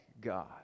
God